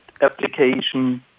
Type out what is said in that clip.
application